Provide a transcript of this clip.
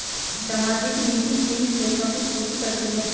सामाजिक नीति किन क्षेत्रों की पूर्ति करती है?